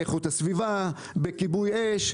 באיכות הסביבה או בכיבוי אש.